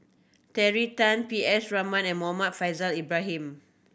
Terry Tan P S Raman and Muhammad Faishal Ibrahim